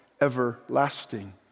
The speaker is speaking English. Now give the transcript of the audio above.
Everlasting